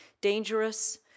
dangerous